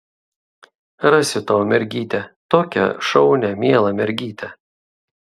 rasiu tau mergytę tokią šaunią mielą mergytę